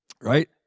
Right